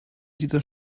dieser